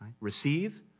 Receive